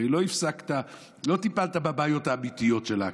הרי לא טיפלת בבעיות האמיתיות של האקלים.